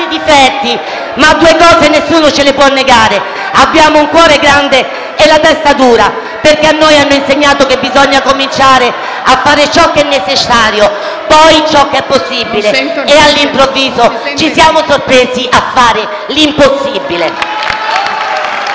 difetti, ma due cose nessuno ce le può negare: abbiamo un cuore grande e la testa dura perché ci hanno insegnato che bisogna cominciare a fare ciò che è necessario, poi ciò che è possibile e all'improvviso ci siamo sorpresi a fare l'impossibile.